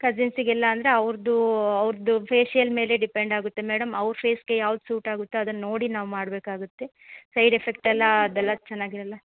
ಕಝಿನ್ಸಿಗೆಲ್ಲ ಅಂದರೆ ಅವ್ರದ್ದು ಅವ್ರದ್ದು ಫೇಷಿಯಲ್ ಮೇಲೆ ಡಿಪೆಂಡ್ ಆಗುತ್ತೆ ಮೇಡಮ್ ಅವ್ರ ಫೇಸ್ಗೆ ಯಾವ್ದು ಸೂಟ್ ಆಗುತ್ತೋ ಅದನ್ನು ನೋಡಿ ನಾವು ಮಾಡಬೇಕಾಗತ್ತೆ ಸೈಡ್ ಎಫೆಕ್ಟೆಲ್ಲ ಅದೆಲ್ಲ ಚೆನ್ನಾಗಿರಲ್ಲ